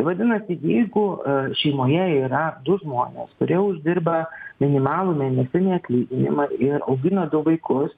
vadinasi jeigu šeimoje yra du žmonės kurie uždirba minimalų mėnesinį atlyginimą ir augina du vaikus